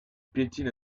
piétine